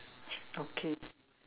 okay